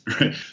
right